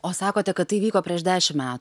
o sakote kad tai vyko prieš dešim me